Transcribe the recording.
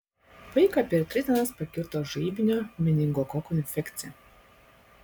vaiką per tris dienas pakirto žaibinio meningokoko infekcija